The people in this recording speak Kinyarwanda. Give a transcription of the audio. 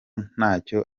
ntacyo